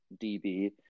DB